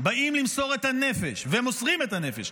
באים למסור את הנפש והם מוסרים את הנפש,